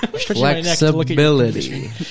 Flexibility